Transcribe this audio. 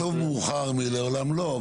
איך אומרים, טוב מאוחר מלעולם לא.